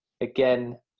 again